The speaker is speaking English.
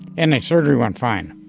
and the surgery went fine.